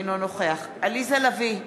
אינו נוכח עליזה לביא,